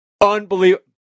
unbelievable